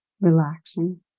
Relaxing